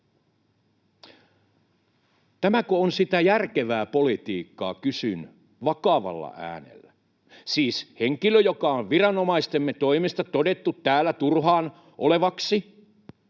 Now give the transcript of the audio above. Tämäkö on sitä järkevää politiikkaa, kysyn vakavalla äänellä. Siis henkilöille, jotka on viranomaistemme toimesta todettu täällä turhaan oleviksi,